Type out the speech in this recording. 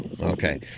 okay